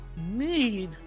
need